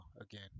again